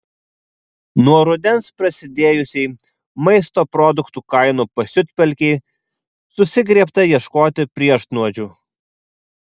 nuo rudens prasidėjusiai maisto produktų kainų pasiutpolkei susigriebta ieškoti priešnuodžių